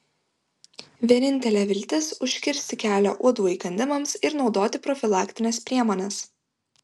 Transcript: vienintelė viltis užkirsti kelią uodų įkandimams ir naudoti profilaktines priemones